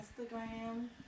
Instagram